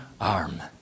arm